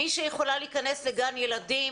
מי שיכולה להיכנס לגן ילדים